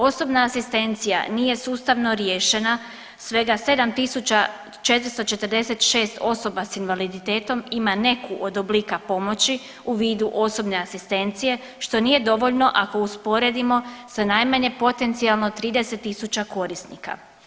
Osobna asistencija nije sustavno riješena, svega 7.446 osoba s invaliditetom ima neku od oblika pomoći u vidu osobne asistencije što nije dovoljno ako usporedimo sa najmanje potencijalno 30.000 korisnika.